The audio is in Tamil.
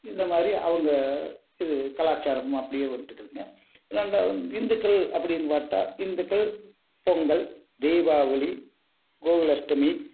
இந்த மாதிரி அவங்க இது கலாச்சாரம் அப்படியே வந்துகிட்ருக்குதுங்க ரெண்டாவது இந்துக்கள் அப்படின் பார்த்துட்டா இந்துக்கள் பொங்கல் தீபாவளி கோகுலஷ்டமி